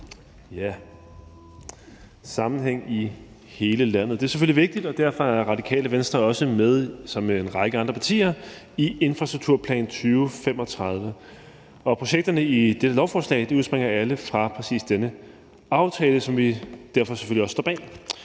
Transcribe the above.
tak. Sammenhæng i hele landet er selvfølgelig vigtigt, og derfor er Radikale Venstre ligesom en lang række andre partier også med i aftalen om infrastrukturplan 2035. Projekterne i dette lovforslag udspringer alle af præcis denne aftale, som vi derfor selvfølgelig også står bag.